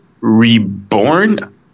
reborn